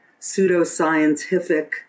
pseudoscientific